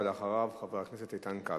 אחריו, חבר הכנסת איתן כבל.